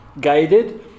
guided